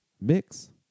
mix